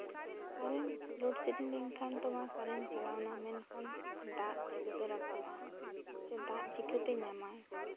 current load shedding ᱞᱮᱱᱠᱷᱟᱱ ᱛᱳᱢᱟᱨ current ᱪᱟᱞᱟᱣᱱᱟ ᱢᱮᱱᱠᱷᱟᱱ ᱫᱟᱜ ᱪᱤᱠᱟᱹᱛᱮ ᱨᱟᱠᱟᱵᱼᱟ ᱥᱮ ᱫᱟᱜ ᱪᱤᱠᱟᱹᱛᱮ ᱧᱟᱢᱟᱭ